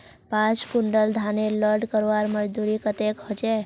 पाँच कुंटल धानेर लोड करवार मजदूरी कतेक होचए?